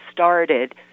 started